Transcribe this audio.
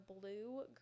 blue